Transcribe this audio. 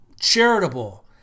charitable